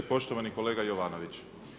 Poštovani kolega Jovanović.